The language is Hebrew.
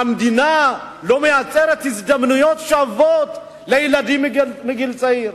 שהמדינה לא מייצרת הזדמנויות שוות לילדים מגיל צעיר.